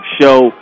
show